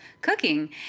cooking